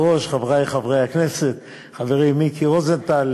חברי חברי הכנסת, חברי מיקי רוזנטל,